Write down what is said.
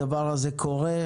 הדבר הזה קורה.